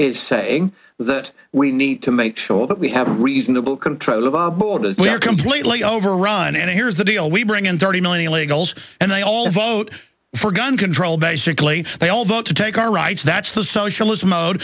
is saying that we need to make sure that we have a reasonable control of our borders we are completely overrun and here's the deal we bring in thirty million illegals and they all vote for gun control basically they all vote to take our rights that's the socialist mode